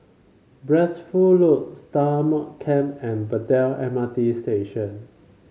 Blissful Loft Stagmont Camp and Braddell M R T Station